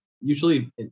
usually